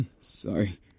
Sorry